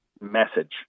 message